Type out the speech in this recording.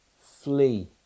Flee